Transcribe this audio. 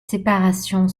séparation